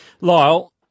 Lyle